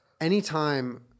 Anytime